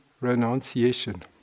renunciation